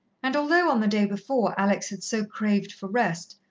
and although on the day before alex had so craved for rest,